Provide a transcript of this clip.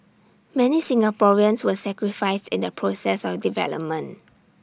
many Singaporeans were sacrificed in the process of development